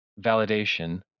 validation